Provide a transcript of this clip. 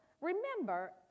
remember